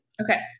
Okay